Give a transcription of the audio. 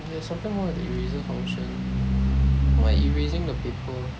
there's something more than the eraser function like erasing the paper